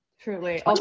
truly